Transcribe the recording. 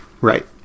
right